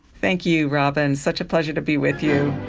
thank you robyn, such a pleasure to be with you.